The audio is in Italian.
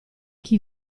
chi